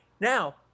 now